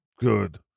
Good